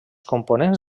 components